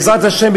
בעזרת השם,